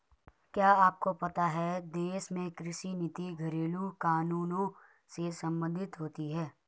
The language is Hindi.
क्या आपको पता है देश में कृषि नीति घरेलु कानूनों से सम्बंधित होती है?